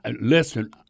listen